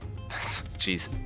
jeez